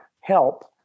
help